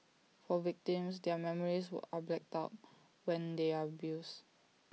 for victims their memories are blacked out when they are abused